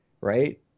right